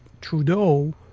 Trudeau